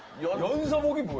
your nose ah will be